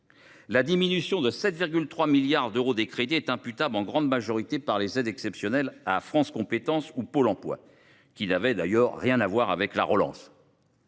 La diminution de 7,3 milliards d’euros des crédits est imputable en grande majorité aux aides exceptionnelles versées à France Compétences ou à Pôle emploi, lesquelles n’avaient rien à voir avec la relance.